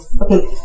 Okay